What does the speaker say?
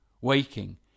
waking